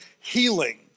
healing